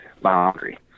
boundary